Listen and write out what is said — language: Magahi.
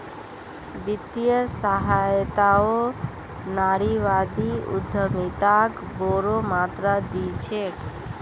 वित्तीय सहायताओ नारीवादी उद्यमिताक बोरो मात्रात दी छेक